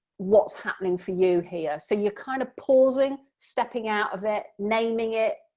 what's happening for you here? so you're kind of pausing, stepping out of it, naming it,